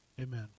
Amen